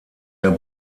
der